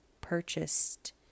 purchased